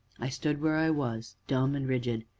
i stood where i was, dumb and rigid,